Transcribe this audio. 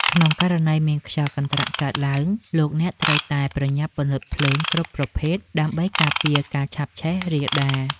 ក្នុងករណីមានខ្យល់កន្ត្រាក់កើតឡើង លោកអ្នកត្រូវតែប្រញាប់ពន្លត់ភ្លើងគ្រប់ប្រភេទដើម្បីការពារការឆាបឆេះរាលដាល។